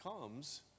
comes